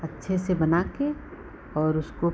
अच्छे से बनाकर और उसको फ़िर